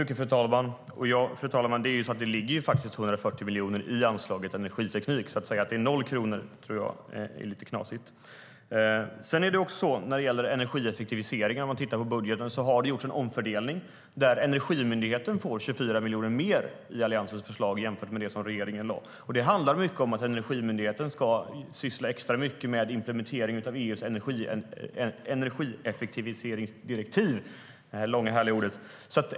Fru talman! Det ligger faktiskt 140 miljoner i anslaget Energiteknik, så att säga att det är 0 kronor tror jag är lite knasigt. När det gäller energieffektiviseringen har det gjorts en omfördelning i budgeten. Energimyndigheten får 24 miljoner mer i Alliansens förslag jämfört med det som regeringen lade fram. Det handlar mycket om att Energimyndigheten ska syssla extra mycket med implementering av EU:s energieffektiviseringsdirektiv - detta långa, härliga ord.